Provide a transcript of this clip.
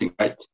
right